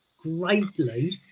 greatly